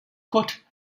called